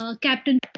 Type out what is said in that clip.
captain